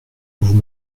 vous